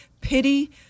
pity